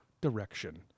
direction